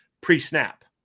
pre-snap